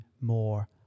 more